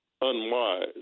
unwise